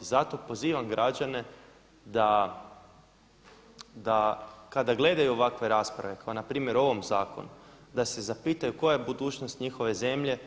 Zato pozivam građane da kada gledaju ovakve rasprave kao na primjer o ovom zakonu da se zapitaju koja je budućnost njihove zemlje